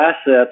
assets